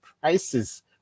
prices